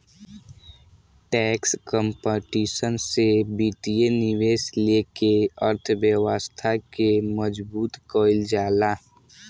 tax competition से वित्तीय निवेश लेके अर्थव्यवस्था के मजबूत कईल जाला